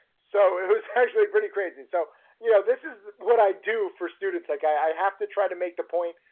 so it was actually pretty crazy. so you know, this is what i do for students, like i have to try to make the point.